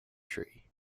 tree